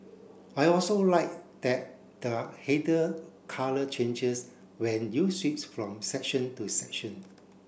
I also like that the header colour changes when you switch from section to section